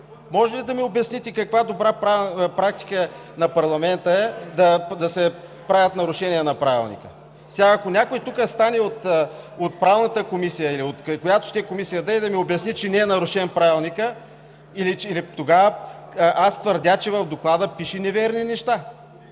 Можете ли да ми обясните каква добра практика на парламента е да се правят нарушения на Правилника? Сега, ако някой тук стане от Правната комисия или от която ще комисия да е, да ми обясни, че не е нарушен Правилникът, тогава аз твърдя, че в Доклада пише неверни неща.